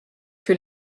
que